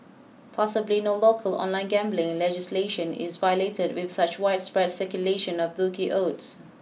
possibly no local online gambling legislation is violated with such widespread circulation of bookie odds